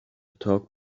talk